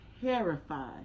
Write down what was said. terrified